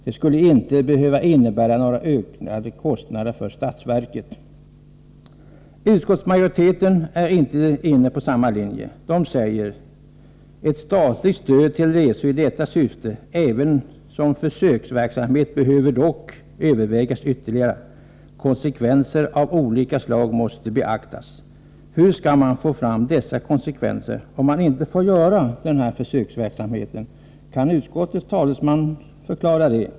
Det skulle inte behöva innebära några ökade kostnader för statsverket. Utskottsmajoriteten är inte inne på samma linje. Den säger: ”Ett statligt stöd till resor i detta syfte — även som försöksverksamhet — behöver dock övervägas ytterligare. Konsekvenser av olika slag måste beaktas.” Hur skall man få fram dessa konsekvenser om man inte får göra en försöksverksamhet? Kan utskottets talesman förklara det?